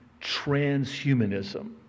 transhumanism